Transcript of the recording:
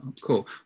Cool